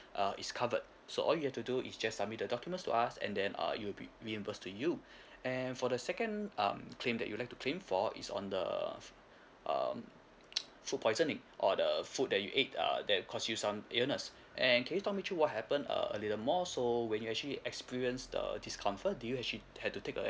uh is covered so all you have to do is just submit the documents to us and then uh it will be reimbursed to you and for the second um claim that you'd like to claim for is on the um food poisoning or the food that you ate err that cause you some illness and can you tell me through what happen uh a little more so when you actually experience the discomfort do you actually had to take a